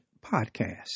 Podcast